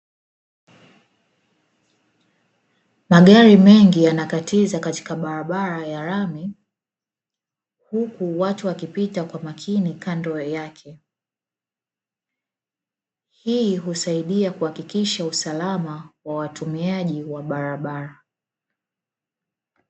Magari mengi yanakatiza katika barabara ya lami huku watu wakipita kwa makini kando yake. Hii husaidia kuhakikisha usalama wa watumiaji wa barabara.